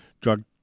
drug